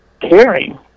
caring